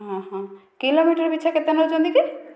ହଁ ହଁ କିଲୋମିଟର ପିଛା କେତେ ନେଉଛନ୍ତି କି